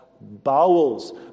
bowels